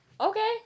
Okay